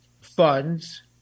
funds